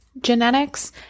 genetics